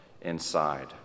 inside